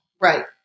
right